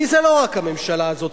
כי זה לא רק הממשלה הזאת,